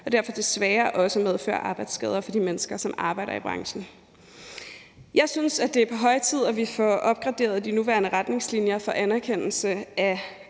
og derfor desværre også medfører arbejdsskader for de mennesker, som arbejder i branchen? Jeg synes, at det er på høje tid, at vi får opgraderet de nuværende retningslinjer for anerkendelse af